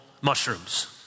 mushrooms